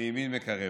וימין מקרבת.